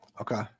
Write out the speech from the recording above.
Okay